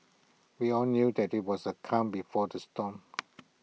we all knew that IT was the calm before the storm